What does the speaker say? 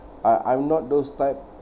I I'm not those type